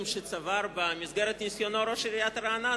שצבר במסגרת ניסיונו ראש עיריית רעננה.